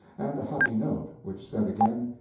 and a happy note, which said again,